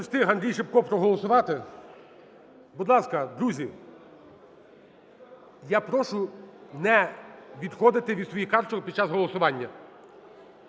Не встиг Андрій Шипко проголосувати. Будь ласка, друзі, я прошу не відходити від своїх карточок під час голосування,